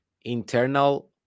internal